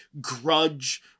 grudge